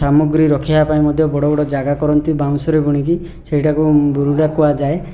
ସାମଗ୍ରୀ ରଖିବା ପାଇଁ ମଧ୍ୟ ବଡ଼ ବଡ଼ ଜାଗା କରନ୍ତି ବାଉଁଶରେ ବୁଣିକି ସେହିଟାକୁ ବୁରୁଡ଼ା କୁହାଯାଏ